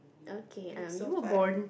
okay um you were born